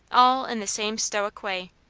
all in the same stoic way.